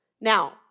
Now